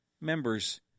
members